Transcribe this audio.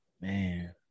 Man